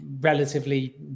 relatively